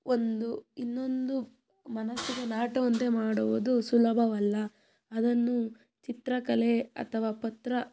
ಒಂದು ಇನ್ನೊಂದು ಮನಸ್ಸಿಗೆ ನಾಟುವಂತೆ ಮಾಡುವುದು ಸುಲಭವಲ್ಲ ಅದನ್ನು ಚಿತ್ರಕಲೆ ಅಥವಾ ಪತ್ರ